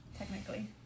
Technically